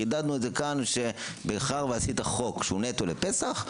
חידדנו את זה כאן שמאחר ועשית חוק שהוא נטו לפסח,